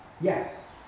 Yes